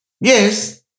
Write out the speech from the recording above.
Yes